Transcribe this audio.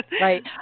right